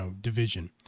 division